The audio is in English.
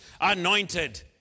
anointed